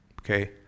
okay